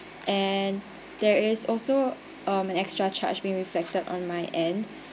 and there is also um an extra charge being reflected on my end